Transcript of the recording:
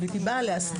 התכנים?